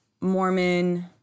Mormon